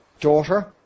daughter